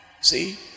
See